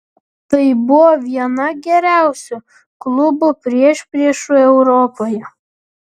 tai buvo viena geriausių klubų priešpriešų europoje